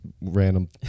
random